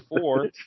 four